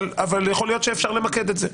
אבל יכול להיות שאפשר למקד את זה.